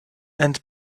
and